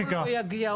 ואם היו"ר לא יגיע?